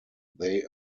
they